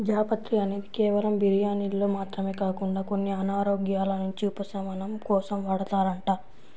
జాపత్రి అనేది కేవలం బిర్యానీల్లో మాత్రమే కాకుండా కొన్ని అనారోగ్యాల నుంచి ఉపశమనం కోసం వాడతారంట